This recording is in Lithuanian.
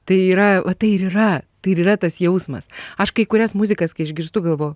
tai yra va tai ir yra tai ir yra tas jausmas aš kai kurias muzikas kai išgirstu galvoju